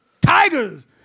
tigers